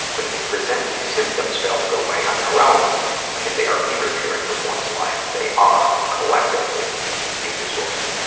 but if the presenting symptoms failed to go away on their own and if they are interfering with one's life, they are collectively a disorder.